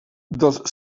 dels